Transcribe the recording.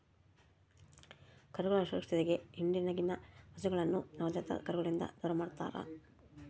ಕರುಗಳ ಸುರಕ್ಷತೆಗೆ ಹಿಂಡಿನಗಿನ ಹಸುಗಳನ್ನ ನವಜಾತ ಕರುಗಳಿಂದ ದೂರಮಾಡ್ತರಾ